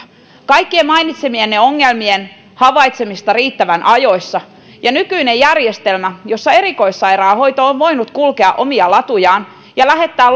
kaikkien mainitsemienne ongelmien havaitsemista riittävän ajoissa nykyinen järjestelmä jossa erikoissairaanhoito on voinut kulkea omia latujaan ja lähettää